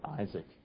Isaac